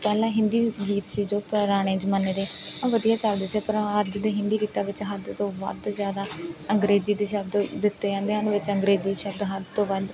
ਪਹਿਲਾਂ ਹਿੰਦੀ ਗੀਤ ਸੀ ਜੋ ਪੁਰਾਣੇ ਜ਼ਮਾਨੇ ਦੇ ਵਧੀਆ ਚੱਲਦੇ ਸੀ ਪਰ ਅੱਜ ਦੇ ਹਿੰਦੀ ਗੀਤਾਂ ਵਿੱਚ ਹੱਦ ਤੋਂ ਵੱਧ ਜ਼ਿਆਦਾ ਅੰਗਰੇਜ਼ੀ ਦੇ ਸ਼ਬਦ ਦਿੱਤੇ ਜਾਂਦੇ ਹਨ ਵਿੱਚ ਅੰਗਰੇਜ਼ੀ ਸ਼ਬਦ ਹੱਦ ਤੋਂ ਵੱਧ